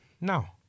Now